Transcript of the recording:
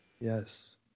Yes